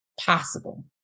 possible